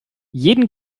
jeden